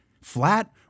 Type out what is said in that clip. flat